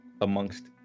amongst